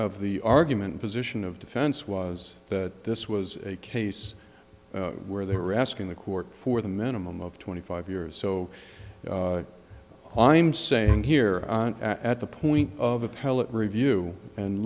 of the argument position of defense was that this was a case where they were asking the court for the minimum of twenty five years so i'm saying here at the point of appellate review and